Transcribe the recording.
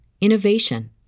innovation